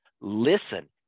Listen